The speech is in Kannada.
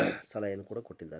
ಸಲಹೆನ ಕೂಡ ಕೊಟ್ಟಿದ್ದಾರೆ